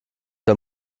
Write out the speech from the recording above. der